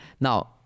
Now